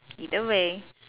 either way